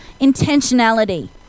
intentionality